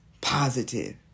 positive